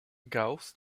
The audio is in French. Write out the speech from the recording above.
gauss